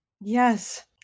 Yes